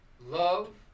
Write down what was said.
love